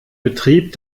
betrieb